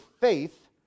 faith